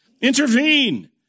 Intervene